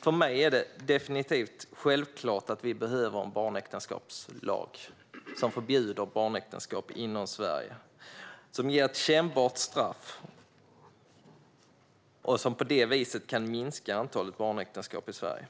För mig är det självklart att vi behöver en barnäktenskapslag som förbjuder barnäktenskap inom Sverige, som ger ett kännbart straff och som på detta vis kan minska antalet barnäktenskap i Sverige.